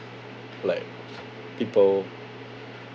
like people